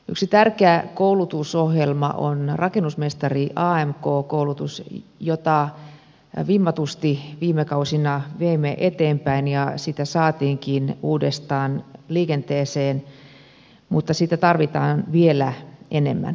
yksi tärkeä koulutusohjelma on rakennusmestarin amk koulutus jota vimmatusti viime kausina veimme eteenpäin ja sitä saatiinkin uudestaan liikenteeseen mutta sitä tarvitaan vielä enemmän